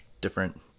different